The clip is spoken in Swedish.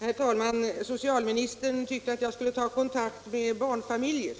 Herr talman! Socialministern tyckte att jag skulle ta kontakt med barnfamiljer.